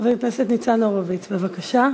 חבר הכנסת ניצן הורוביץ, בבקשה.